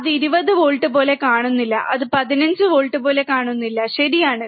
അത് 20 വോൾട്ട് പോലെ കാണുന്നില്ല അത് 15 വോൾട്ട് പോലെ കാണുന്നില്ല ശരിയാണ്